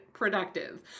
productive